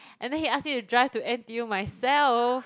and then he ask me to drive to N_T_U myself